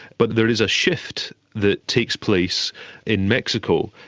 but there is a shift that takes place in mexico.